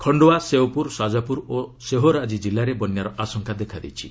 ଖଣ୍ଡୱା ସେଓପୁର ଶାକାପୁର ଓ ସେହୋର୍ ଆଜି ଜିଲ୍ଲାରେ ବନ୍ୟାର ଆଶଙ୍କା ଦେଖାଦେଇଛି